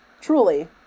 Truly